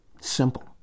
Simple